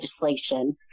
legislation